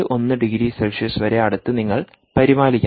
1 degree Celsius വരെ അടുത്ത് നിങ്ങൾ പരിപാലിക്കണം